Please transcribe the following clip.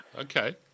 okay